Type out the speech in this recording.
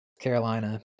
Carolina